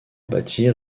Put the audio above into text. bâtir